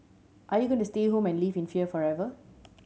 are you going to stay home and live in fear forever